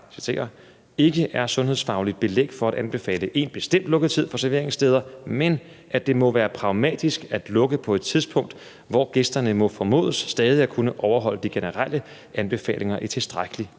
ikke er sundhedsfagligt belæg for at anbefale en bestemt lukketid for serveringssteder, men at det må være pragmatisk at lukke på et tidspunkt, hvor gæsterne må formodes stadig væk at kunne overholde de generelle anbefalinger i tilstrækkelig